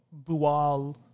Bual